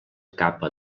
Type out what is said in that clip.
capa